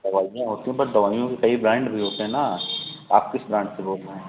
दवाइयाँ होती हैं बट दवाइयों के कई ब्राण्ड भी होते हैं ना आप किस ब्राण्ड से बोल रहे हैं